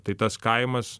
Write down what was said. tai tas kaimas